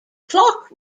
clock